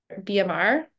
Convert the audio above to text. BMR